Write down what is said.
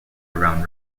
around